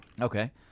Okay